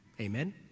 Amen